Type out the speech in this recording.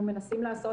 אנחנו ניסינו לעשות